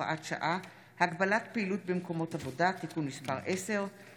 (הוראת שעה) (הגבלת פעילות במקומות עבודה) (תיקון מס' 10),